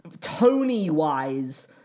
Tony-wise